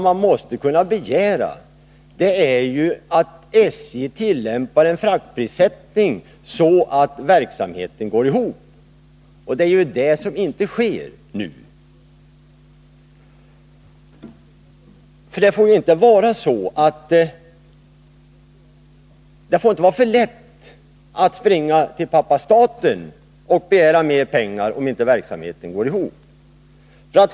Man måste kunna begära att SJ tillämpar en sådan fraktprissättning att verksamheten går ihop, och det sker inte nu. Det får inte vara för lätt att springa till pappa staten och begära mer pengar om verksamheten inte går ihop.